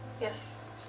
Yes